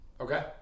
Okay